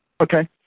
okay